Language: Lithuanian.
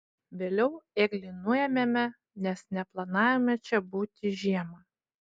vėliau ėglį nuėmėme nes neplanavome čia būti žiemą